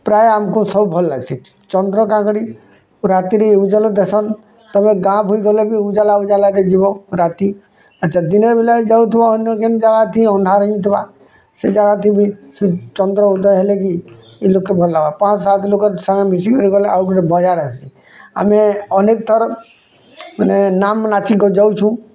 ପ୍ରାୟ ଆମକୁ ସବୁ ଭଲ ଲାଗ୍ସି ଚନ୍ଦ୍ର କାଁ କରି ରାତିରେ ଉଜ୍ଜଲା ଦେସନ୍ ତମେ ଗାଁ ବୁଲି ଗଲାକୁ ଉଜ୍ଜାଲା ଉଜ୍ଜାଲା ହେଇଯିବ ରାତି ଯଦି ନା ବୋଲେ ଯାଉଥିବ ଅନ୍ୟ କେନ୍ ଯାଅ ଥିବ ଅନ୍ଧାର ହିଁ ଥିବ ସେ ଜାଗାଟା ବି ସେ ଚନ୍ଦ୍ର ଉଦୟ ହେଲେ କି ଇ ଲୋକ ଭଲ ପାଞ୍ଚ ସାତ ଲୋକ ସାଙ୍ଗେ ମିଶି କି ଗଲେ ଆଉ ଗୋଟେ ମଜାର ଆସି ଆମେ ଅନେକ ଥର ମାନେ ନାମ୍ ନାଚିକେ ଯାଉଛୁ